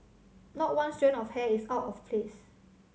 not one strand of hair is out of place